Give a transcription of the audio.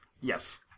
Yes